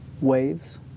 waves